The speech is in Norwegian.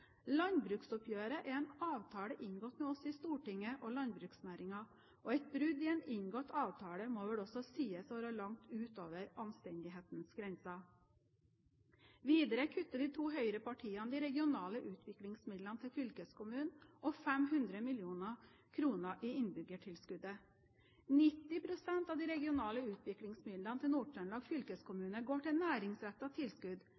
Landbruksoppgjøret er en avtale inngått mellom oss i Stortinget og landbruksnæringen, og et brudd i en inngått avtale må vel også sies å være langt utover anstendighetens grenser. Videre kutter de to høyrepartiene i de regionale utviklingsmidlene til fylkeskommunene og 500 mill. kr i innbyggertilskuddet. 90 pst. av de regionale utviklingsmidlene til Nord-Trøndelag fylkeskommune går til næringsrettede tilskudd.